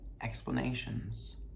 explanations